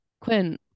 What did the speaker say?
Quinn